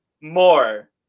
more